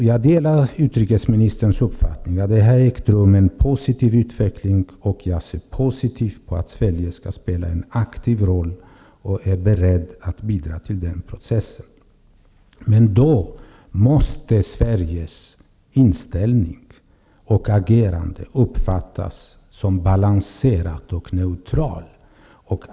Jag delar utrikesministerns uppfattning att det har ägt rum en positiv utveckling. Jag ser positivt på att Sverige skall spela en aktiv roll och är berett att aktivt bidra i den processen. Men då måste Sveriges inställning och agerande uppfattas som balanserat och neutralt.